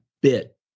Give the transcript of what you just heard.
bit